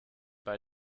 bei